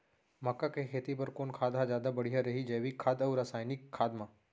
मक्का के खेती बर कोन खाद ह जादा बढ़िया रही, जैविक खाद अऊ रसायनिक खाद मा?